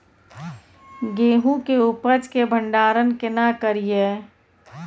गेहूं के उपज के भंडारन केना करियै?